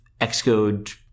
Xcode